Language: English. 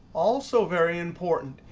also very important,